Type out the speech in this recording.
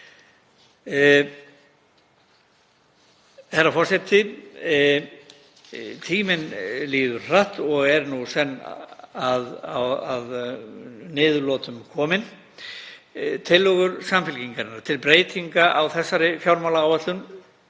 Herra forseti. Tíminn líður hratt og er nú senn að niðurlotum kominn. Tillögur Samfylkingarinnar til breytinga á þessari fjármálaáætlun